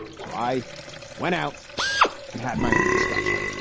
so i went out and had my own discussion.